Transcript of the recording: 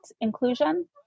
inclusion